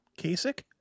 Kasich